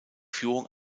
führung